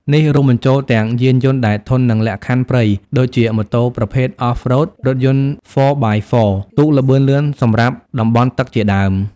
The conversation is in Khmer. នេះរួមបញ្ចូលទាំង យានយន្តដែលធន់នឹងលក្ខខណ្ឌព្រៃ ដូចជា ម៉ូតូប្រភេទ Off-road រថយន្ត ហ្វ័រ បាយ ហ្វ័រ 4x4 ទូកល្បឿនលឿនសម្រាប់តំបន់ទឹកជាដើម។